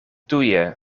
tuje